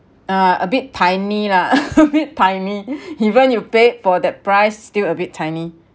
uh a bit tiny lah a bit tiny even you pay for that price still a bit tiny